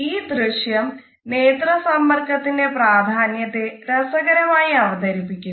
ഈ ദൃശ്യം നേത്ര സമ്പർക്കത്തിന്റെ പ്രാധാന്യത്തെ രസകരമായി അവതരിപ്പിക്കുന്നു